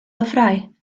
lyfrau